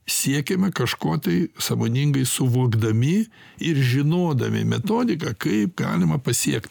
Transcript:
siekiame kažko tai sąmoningai suvokdami ir žinodami metodiką kaip galima pasiekt